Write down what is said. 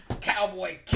Cowboy